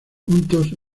juntos